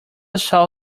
saw